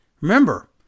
remember